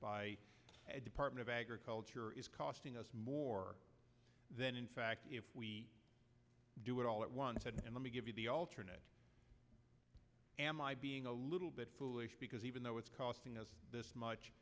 by department of agriculture is costing us more then in fact if we do it all at once and let me give you the alternate am i being a little bit foolish because even though it's costing us this much